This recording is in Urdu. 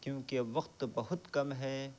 کیوں کہ وقت بہت کم ہے